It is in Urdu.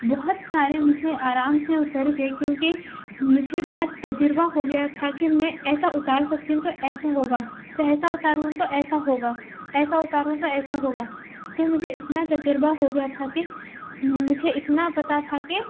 بہت سارے مجھے آرام سے اتر گئے کیونکہ مجھے بہت تجربہ ہو گیا تھا میں کہ ایسا اتار سکتی ہوں تو ایسا ہوگا تو ایسا اتاروں گی تو ایسا ہوگا ایسا اتاروں تو ایسا ہوگا تو مجھے اِتنا تجربہ ہو گیا تھا کہ مجھے اِتنا پتہ تھا کہ